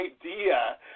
idea